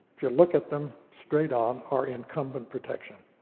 if you look at them straight on, are incumbent protection